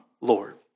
Lord